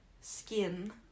Skin